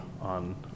on